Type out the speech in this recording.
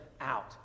out